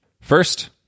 First